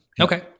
Okay